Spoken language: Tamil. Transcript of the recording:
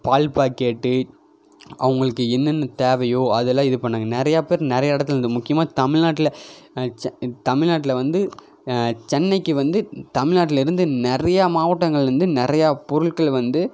பால் பாக்கெட்டு அவர்களுக்கு என்னென்ன தேவையோ அதெல்லாம் இது பண்ணிணாங்க நிறையா பேர் நிறையா இடத்துலருந்து முக்கியமாக தமிழ் நாட்டில் ச தமிழ் நாட்டில் வந்து சென்னைக்கு வந்து தமிழ் நாட்டிலருந்து நிறையா மாவட்டங்கள்லருந்து நிறையா பொருட்கள் வந்து